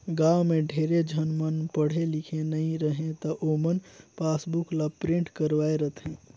गाँव में ढेरे झन मन पढ़े लिखे नई रहें त ओमन पासबुक ल प्रिंट करवाये रथें